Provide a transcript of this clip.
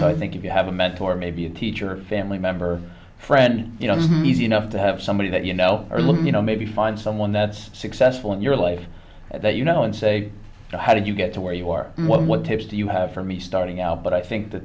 so i think if you have a mentor or maybe a teacher or a family member or friend you know these enough to have somebody that you know or look you know maybe find someone that's successful in your life that you know and say well how did you get to where you are what tips do you have for me starting out but i think the